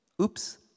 Oops